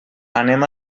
anem